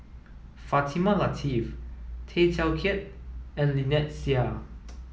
Fatimah Lateef Tay Teow Kiat and Lynnette Seah